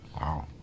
Wow